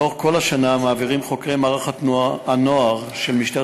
לאורך כל השנה מעבירים חוקרי מערך הנוער של משטרת